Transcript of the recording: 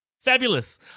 Fabulous